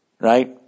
Right